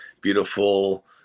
beautiful